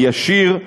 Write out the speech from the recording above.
הישיר,